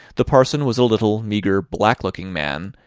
the parson was a little, meagre, black-looking man,